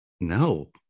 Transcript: No